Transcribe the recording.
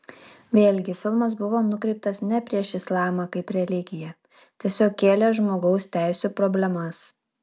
vėlgi filmas buvo nukreiptas ne prieš islamą kaip religiją tiesiog kėlė žmogaus teisių problemas